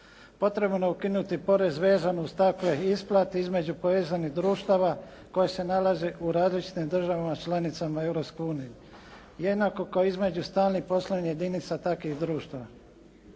Potrebno je ukinuti porez vezano uz takve isplate između povezanih društava koja se nalaze u različitim državama članicama Europske unije jednako kao između stalnih poslovnih jedinica takvih društava.